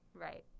Right